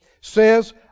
says